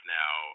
now